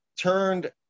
turned